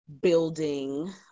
building